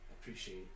appreciate